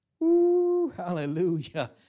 Hallelujah